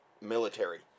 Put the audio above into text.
military